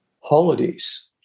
Holidays